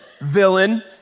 villain